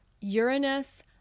Uranus